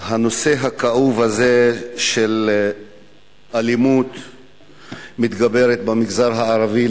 הנושא הכאוב הזה של האלימות המתגברת במגזר הערבי,